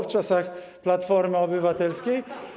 w czasach Platformy Obywatelskiej?